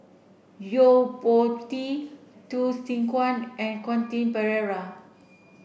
Yo Po Tee Hsu Tse Kwang and Quentin Pereira